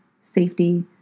safety